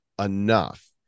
enough